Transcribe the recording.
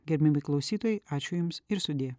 gerbiami klausytojai ačiū jums ir sudie